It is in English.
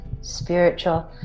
spiritual